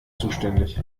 zuständig